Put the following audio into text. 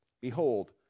behold